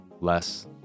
less